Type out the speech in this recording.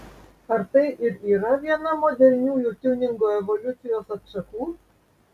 ar tai ir yra viena moderniųjų tiuningo evoliucijos atšakų